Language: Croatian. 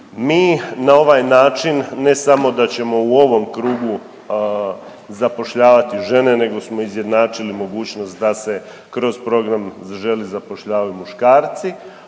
Mi na ovaj način ne samo da ćemo u ovom krugu zapošljavati žene nego smo izjednačili mogućnost da se kroz program Zaželi zapošljavaju muškarci,